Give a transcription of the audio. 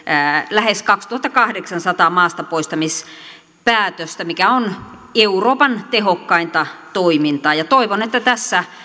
lähes kaksituhattakahdeksansataa maastapoistamispäätöstä mikä on euroopan tehokkainta toimintaa toivon että tässä